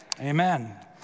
Amen